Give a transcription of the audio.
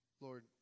Lord